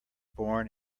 born